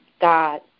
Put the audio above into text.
God